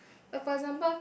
for example